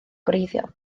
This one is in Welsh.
gwreiddiol